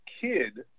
kid